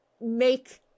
make